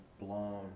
blown